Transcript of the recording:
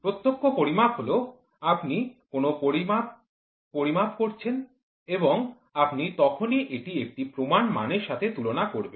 প্রত্যক্ষ পরিমাপ হল আপনি কোনও পরিমাণ পরিমাপ করেছেন এবং আপনি তখনই এটি একটি প্রমাণ মানের সাথে তুলনা করবেন